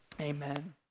Amen